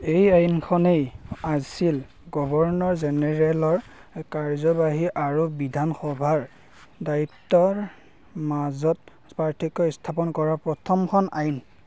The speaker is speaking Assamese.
এই আইনখনেই আছিল গৱৰ্ণৰ জেনেৰেলৰ কাৰ্যবাহী আৰু বিধানসভাৰ দায়িত্বৰ মাজত পাৰ্থক্য স্থাপন কৰা প্ৰথমখন আইন